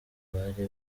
bari